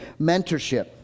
mentorship